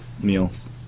meals